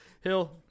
hill